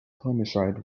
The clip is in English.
homicide